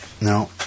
No